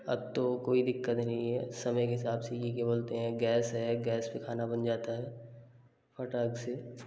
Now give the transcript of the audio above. अब तो कोई दिक्कत नहीं है समय के हिसाब से ये क्या बोलते हैं गैस है गैस पर खाना बन जाता है फटाक से